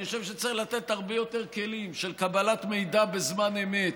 אני חושב שצריך לתת הרבה יותר כלים של קבלת מידע בזמן אמת,